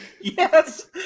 Yes